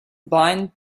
blind